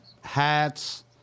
hats